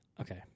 Okay